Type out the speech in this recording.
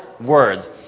words